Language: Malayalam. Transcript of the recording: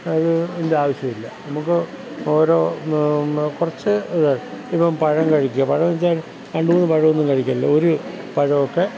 അതിന് ഇതിൻ്റെ ആവശ്യമില്ല നമുക്ക് ഓരോ കുറച്ച് ഇത് ഇപ്പം പഴം കഴിക്കുക പഴം വെച്ചാൽ രണ്ടു മൂന്നു പഴവൊന്നും കഴിക്കല്ലെ ഒരു പഴമൊക്കെ